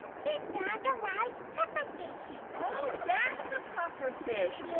he found the wise puffer fish. oh, that's the puffer fish! yeah.